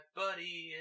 buddy